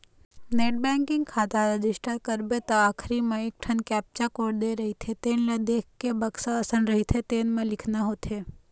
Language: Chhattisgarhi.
नेट बेंकिंग खाता रजिस्टर करबे त आखरी म एकठन कैप्चा कोड दे रहिथे तेन ल देखके बक्सा असन रहिथे तेन म लिखना होथे